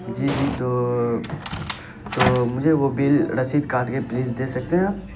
جی جی تو تو مجھے وہ بل رسید کاٹ کے پلیز دے سکتے ہیں آپ